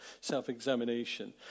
self-examination